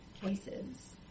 cases